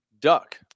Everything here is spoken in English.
duck